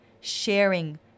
sharing